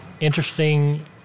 interesting